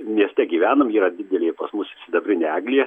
mieste gyvenam yra didelė pas mus sidabrinė eglė